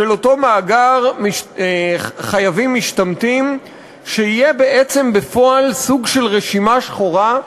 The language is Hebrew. של אותו מאגר חייבים משתמטים שיהיה בעצם בפועל סוג של רשימה שחורה,